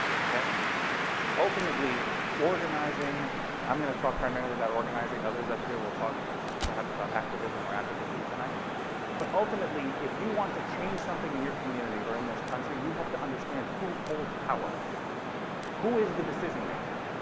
ok ultimately organizing i'm going to talk primarily about organizing others up here will talk perhaps about activism or advocacy tonight but ultimately if you want to change something in your community or in this country you have to understand who holds power who is the decision maker